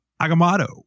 agamotto